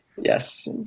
yes